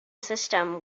system